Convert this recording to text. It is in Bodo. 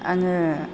आङो